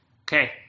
Okay